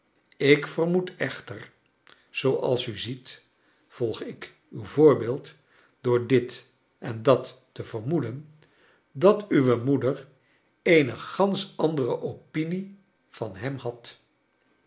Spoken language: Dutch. ik vermoed echter zooals u ziet volg ik uw voorbeeld door dit en dat te vermoeden dat uwe mpeder eene gansch andere opinie van hem had